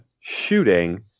shooting